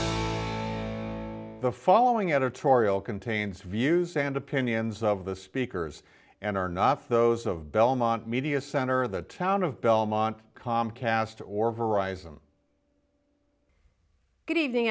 time the following editorial contains views and opinions of the speakers and are not those of belmont media center of the town of belmont comcast or horizon good evening